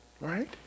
right